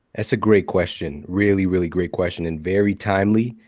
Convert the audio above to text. that's a great question, really, really great question and very timely.